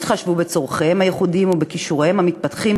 יתחשבו בצורכיהם הייחודיים ובכישוריהם המתפתחים